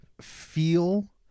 feel